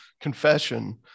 confession